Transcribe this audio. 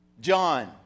John